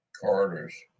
corridors